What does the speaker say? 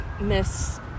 miss